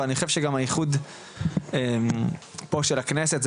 אבל, אני חושב שגם הייחוד פה של הכנסת הוא